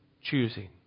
choosing